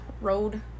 Road